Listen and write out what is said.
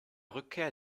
rückkehr